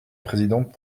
présidente